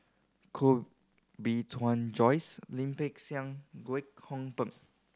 Koh Bee Tuan Joyce Lim Peng Siang Kwek Hong Png